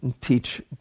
teach